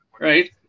right